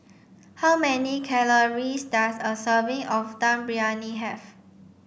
how many calories does a serving of Dum Briyani have